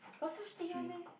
got such thing [one] meh